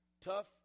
tough